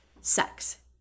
sex